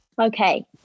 Okay